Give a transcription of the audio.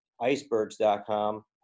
icebergs.com